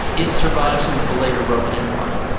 it survives into the later roman empire.